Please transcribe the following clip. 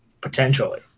potentially